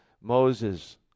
Moses